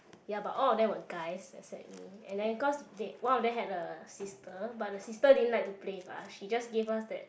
ya but all of them were guys except me and then cause they one of them had a sister but the sister didn't like to play with us she just gave us that